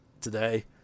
today